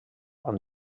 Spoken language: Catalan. amb